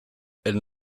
elles